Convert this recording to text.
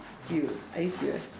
dude are you serious